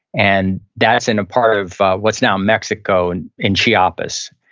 and that's in a part of what's now mexico and in chiapas.